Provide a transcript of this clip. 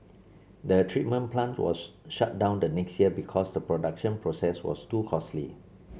the treatment plant was shut down the next year because the production process was too costly